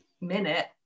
minute